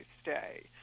stay